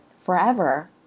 forever